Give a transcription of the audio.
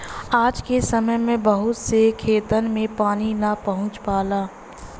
आज के समय में बहुत से खेतन में पानी ना पहुंच पावला